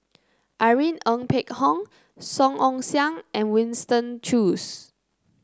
Irene Ng Phek Hoong Song Ong Siang and Winston Choos